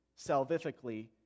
salvifically